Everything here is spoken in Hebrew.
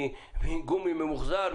מגומי ממוחזר,